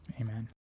Amen